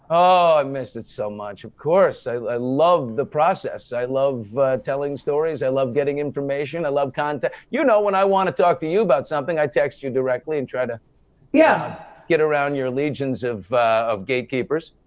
oh, i missed it so much. of course, so i love the process. i love telling stories, i love getting information, i love content. you know, when i wanna talk to you about something, i text you directly and try to yeah. get around your legions of of gatekeepers.